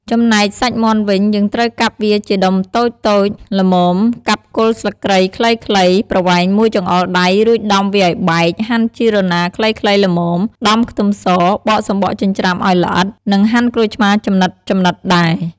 ចំណែកសាច់មាន់វិញ យើងត្រូវកាប់វាជាដុំតូចៗល្មម កាត់គល់ស្លឹកគ្រៃខ្លីៗប្រវែងមួយចង្អុលដៃ រួចដំវាឱ្យបែក ហាន់ជីរណារខ្លីៗល្មម ដំខ្ទឹមស បកសំបកចិញ្ច្រាំឲ្យល្អិត និងហាន់ក្រូចឆ្មាចំណិតៗដែរ។